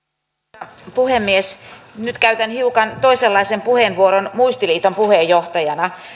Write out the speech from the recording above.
arvoisa puhemies nyt käytän hiukan toisenlaisen puheenvuoron muistiliiton puheenjohtajana